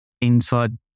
inside